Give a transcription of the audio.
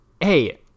hey